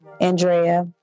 Andrea